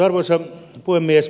arvoisa puhemies